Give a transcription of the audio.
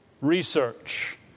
research